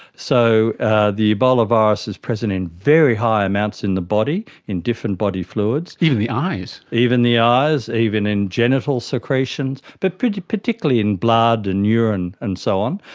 so ah the ebola virus is present in very high amounts in the body in different body fluids, even the eyes. even the eyes, even in genital secretions, but particularly in blood and urine and so on,